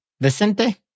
Vicente